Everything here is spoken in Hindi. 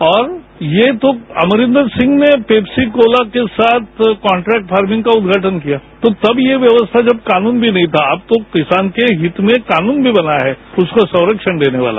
और ये तो अमरिन्दर सिंह ने पेप्सीकोला के साथ कान्ट्रेक्ट फार्मिंग का उद्घाटन किया तो तब यह व्यवस्था जब कानून भी नहीं था अब तो किसान के हित में कानून भी बना है उसको संरक्षण देने वाला